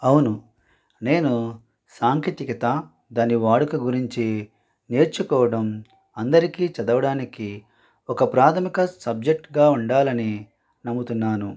అవును నేను సాంకేతికత దాని వాడుక గురించి నేర్చుకోవడం అందరికీ చదవడానికి ఒక ప్రాథమిక సబ్జెక్ట్గా ఉండాలని నమ్ముతున్నాను